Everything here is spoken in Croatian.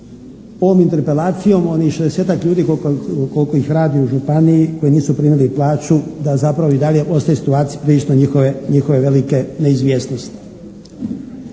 ovom interpelacijom onih šezdesetak ljudi koliko ih radi u županiji, koji nisu primili plaću da zapravo i dalje ostaju u situaciji prilično njihove velike neizvjesnosti.